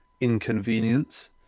inconvenience